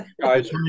guys